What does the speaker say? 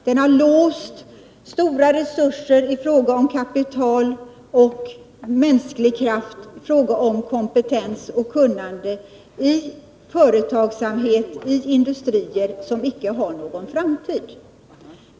Den har låst stora resurser i fråga om kapital och mänsklig kompetens och kunnande i industrier som icke har någon framtid.